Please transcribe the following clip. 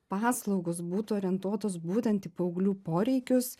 paslaugos būtų orientuotos būtent į paauglių poreikius